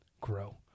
grow